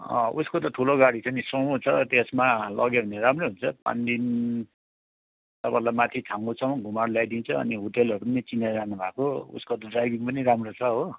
उसको त ठुलो गाडी छ नि सुमो छ त्यसमा लग्यो भने राम्रो हुन्छ पाँचदिनसम्म त माथि छाङ्गुसम्म घुमाएर ल्याइदिन्छ अनि होटेलहरू पनि चिनाजाना भएको उसको त ड्राइभिङ पनि राम्रो छ हो